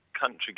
country